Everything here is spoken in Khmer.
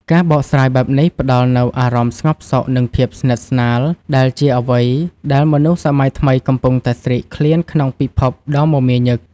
ការបកស្រាយបែបនេះផ្តល់នូវអារម្មណ៍ស្ងប់សុខ និងភាពស្និទ្ធស្នាល ដែលជាអ្វីដែលមនុស្សសម័យថ្មីកំពុងតែស្រេកឃ្លានក្នុងពិភពលោកដ៏មមាញឹក។